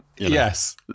Yes